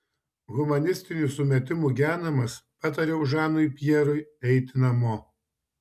humanistinių sumetimų genamas patariau žanui pjerui eiti namo